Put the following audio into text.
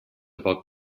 about